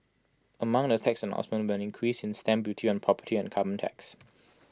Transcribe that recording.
among the tax announcements were an increase in stamp duty on property and A carbon tax